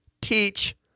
teach